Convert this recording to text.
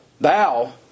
Thou